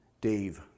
Dave